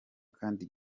kandi